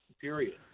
period